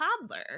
toddler